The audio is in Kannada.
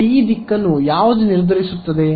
ಟಿ ದಿಕ್ಕನ್ನು ಯಾವುದು ನಿರ್ಧರಿಸುತ್ತದೆ